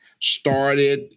started